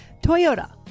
toyota